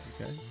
Okay